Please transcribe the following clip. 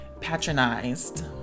patronized